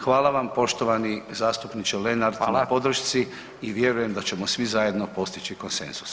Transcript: Hvala vam poštovani zastupniče Lenart na podršci [[Upadica: Fala]] i vjerujem da ćemo svi zajedno postići konsenzus.